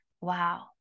wow